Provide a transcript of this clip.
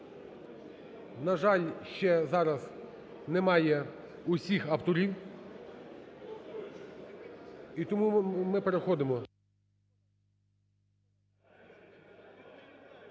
на жаль, ще зараз немає усіх авторів, і тому ми переходимо…